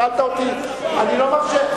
שאלת אותי, אני לא מאשר.